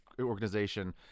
organization